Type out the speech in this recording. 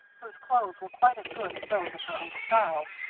whose clothes were quite as good as those of her uncle charles,